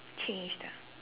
changed ah